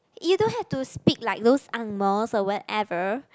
you don't have to speak like those angmohs or whatever